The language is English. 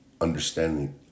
Understanding